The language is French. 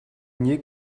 nier